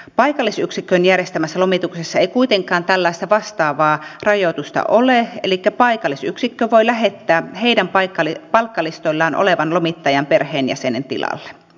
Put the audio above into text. paikallisyksikön järjestämässä lomituksessa ei kuitenkaan tällaista vastaavaa rajoitusta ole elikkä paikallisyksikkö voi lähettää heidän palkkalistoillaan olevan lomittajan perheenjäsenen tilalle